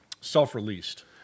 self-released